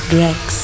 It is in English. Drex